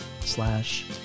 slash